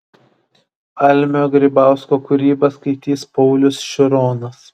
almio grybausko kūrybą skaitys paulius šironas